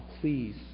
please